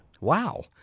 Wow